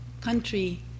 country